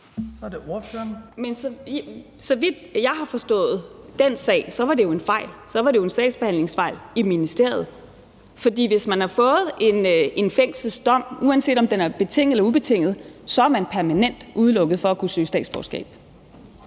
Stampe (RV): Men så vidt jeg har forstået den sag, så var det jo en fejl, altså en sagsbehandlingsfejl i ministeriet. For hvis man har fået en fængselsdom, uanset om den er betinget eller ubetinget, så er man permanent udelukket fra at kunne søge om statsborgerskab.